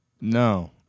No